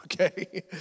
okay